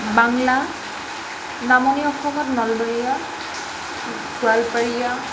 বাংলা নামনি অসমত নলবৰীয়া গোৱালপৰীয়া